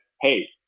hey